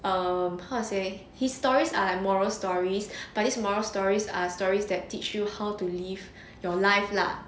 um how to say his stories are like moral stories but this moral stories are stories that teach you how to live your life lah